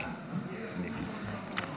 תודה.